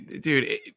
dude